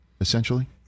essentially